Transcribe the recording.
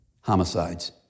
homicides